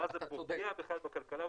ואז זה פוגע בכלל בכלכלה,